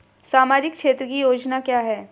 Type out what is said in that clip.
सामाजिक क्षेत्र की योजना क्या है?